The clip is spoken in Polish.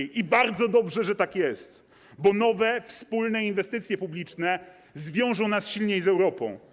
I bardzo dobrze, że tak jest, bo nowe wspólne inwestycje publiczne zwiążą nas silniej z Europą.